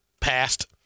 passed